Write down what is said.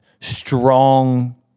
strong